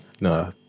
No